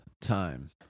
time